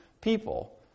people